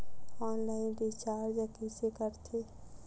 Online recharge कइसे करथे?